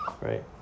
right